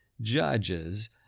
judges